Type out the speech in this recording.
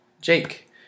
Jake